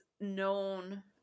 known